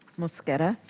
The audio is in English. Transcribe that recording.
mosqueda.